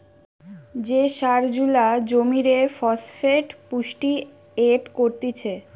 যে সার জুলা জমিরে ফসফেট পুষ্টি এড করতিছে